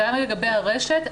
גם לגבי הרשת,